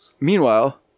Meanwhile